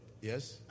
yes